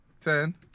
Ten